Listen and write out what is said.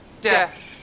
death